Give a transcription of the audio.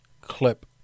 clip